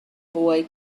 boy